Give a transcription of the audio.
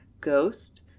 ghost